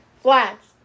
flats